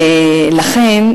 לכן,